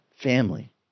family